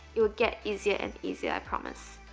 it will get easier and easier. i promise